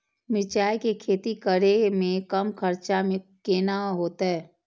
मिरचाय के खेती करे में कम खर्चा में केना होते?